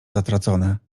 zatracone